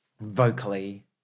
vocally